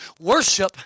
Worship